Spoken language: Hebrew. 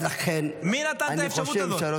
מי נתן את האפשרות הזאת?